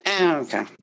Okay